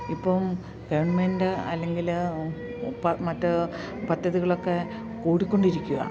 ഇപ്പം ഗവൺമെൻ്റ് അല്ലെങ്കിൽ മറ്റ് പദ്ധതികളൊക്കെ കൂടിക്കൊണ്ടിരിക്കുവാണ്